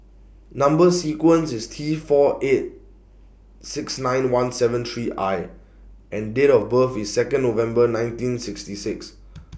Number sequence IS T four eight six nine one seven three I and Date of birth IS Second November nineteen sixty six